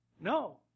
No